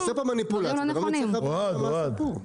אתה עושה פה מניפולציה ואני לא מצליח להבין מה הסיפור.